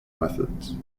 methods